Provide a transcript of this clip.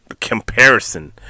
comparison